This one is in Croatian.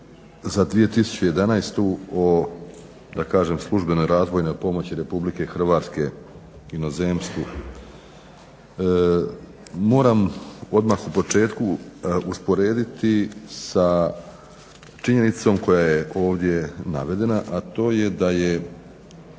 za 2011. o službenoj razvojnoj pomoći Republike Hrvatske inozemstvu moram odmah u početku usporediti sa činjenicom koja je ovdje navedena, a to je da je